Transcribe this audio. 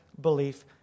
belief